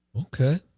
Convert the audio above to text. Okay